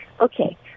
Okay